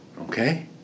Okay